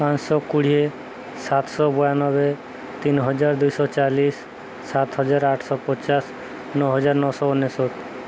ପାଞ୍ଚ ଶହ କୋଡ଼ିଏ ସାତ ଶହ ବୟାନବେ ତିନି ହଜାର ଦୁଇ ଶହ ଚାଲିଶି ସାତ ହଜାର ଆଠ ଶହ ପଚାଶ ନଅ ହଜାର ନଅ ଶହ ଅନେଶତ